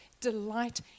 delight